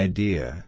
Idea